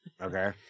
Okay